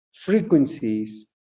frequencies